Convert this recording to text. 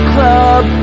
Club